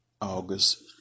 August